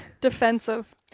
Defensive